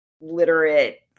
literate